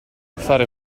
fare